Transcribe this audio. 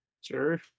Sure